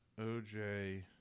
OJ